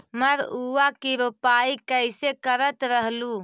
मड़उआ की रोपाई कैसे करत रहलू?